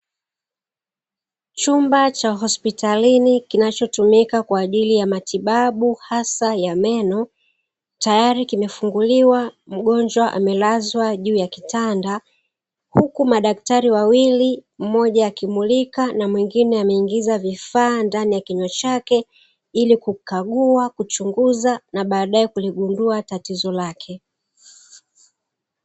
Chumba cha hospitalini kinachotumika kwa ajili ya matibabu hasa ya meno, tayari kimefunguliwa mgonjwa amelazwa juu ya kitanda, huku madaktari wawili mmoja akimulika na mwingine ameingiza vifaa ndani ya kinywa chake ili kumkagua, kuchunguza na badae kuligundua tatizo lake.